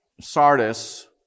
Sardis